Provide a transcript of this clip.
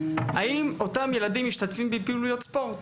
האם אותם ילדים משתתפים בפעילויות ספורט?